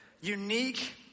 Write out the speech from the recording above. unique